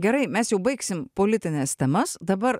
gerai mes jau baigsim politines temas dabar